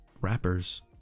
rappers